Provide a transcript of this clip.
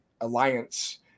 alliance